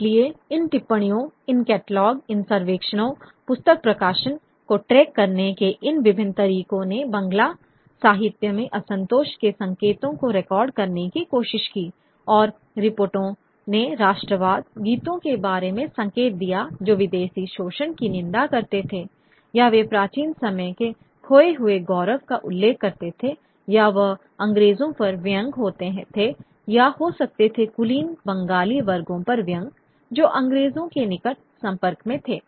इसलिए इन टिप्पणियों इन कैटलॉग इन सर्वेक्षणों पुस्तक प्रकाशन को ट्रैक करने के इन विभिन्न तरीकों ने बंगला साहित्य में असंतोष के संकेतों को रिकॉर्ड करने की कोशिश की और रिपोर्टों ने राष्ट्रवाद गीतों के बारे में संकेत दिया जो विदेशी शोषण की निंदा करते थे या वे प्राचीन समय के खोए हुए गौरव का उल्लेख करते थे या वह अंग्रेजों पर व्यंग्य होते थे या हो सकते थे कुलीन बंगाली वर्गों पर व्यंग्य जो अंग्रेजों के निकट संपर्क में थे